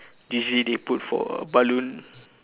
usually they put for balloon